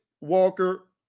Walker